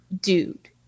dude